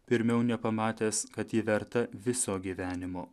pirmiau nepamatęs kad ji verta viso gyvenimo